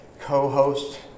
co-host